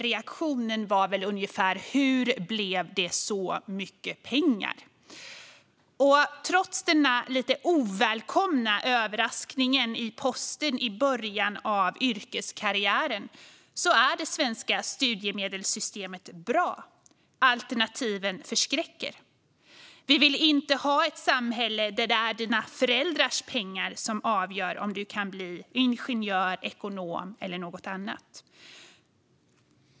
Reaktionen var väl ungefär: Hur blev det så mycket pengar? Trots denna lite ovälkomna överraskning i posten i början av yrkeskarriären är det svenska studiemedelssystemet bra. Alternativen förskräcker. Vi vill inte ha ett samhälle där det är dina föräldrars pengar som avgör om du kan bli ingenjör, ekonom eller något annat.